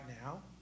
now